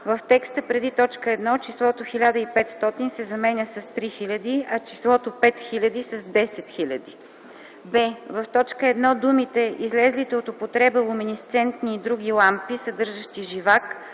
в текста преди т. 1 числото „1500” се заменя с „3000”, а числото „5000” – с „10 000”; б) в т. 1 думите „излезлите от употреба луминесцентни и други лампи, съдържащи живак”